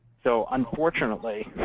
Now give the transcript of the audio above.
so, unfortunately,